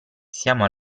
siamo